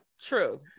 True